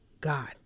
God